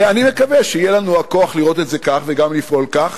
ואני מקווה שיהיה לנו הכוח לראות את זה כאן וגם לפעול כך